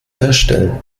herstellen